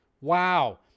Wow